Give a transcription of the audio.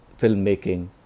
filmmaking